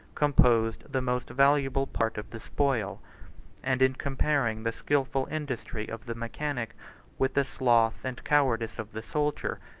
composed the most valuable part of the spoil and in comparing the skilful industry of the mechanic with the sloth and cowardice of the soldier,